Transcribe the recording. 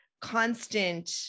constant